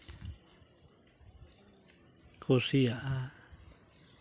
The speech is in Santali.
ᱠᱩᱥᱤᱭᱟᱜᱼᱟ